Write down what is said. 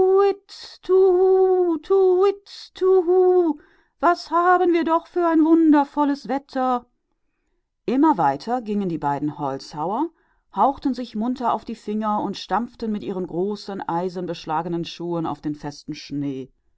tu woo was für ein wundervolles wetter wir haben weiter und weiter gingen die beiden holzfäller bliesen sich kräftig auf die finger und stampften mit ihren großen eisenbeschlagenen stiefeln auf den festgetretenen schnee